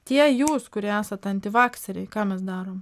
tie jūs kurie esat antivakseriai ką mes darom